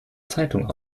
zeitung